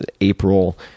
April